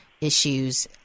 issues